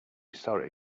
sorry